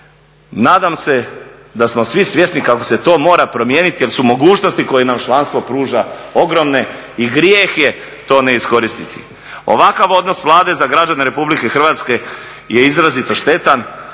Nadam se da smo svi svjesni kako se to mora promijeniti jer su mogućnosti koje nam članstvo pruža ogromne i grijeh je to ne iskoristiti. Ovakav odnos Vlade za građane Republike Hrvatske je izrazito štetan,